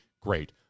great